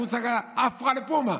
והוא צעק עליה: עפרא לפומיה.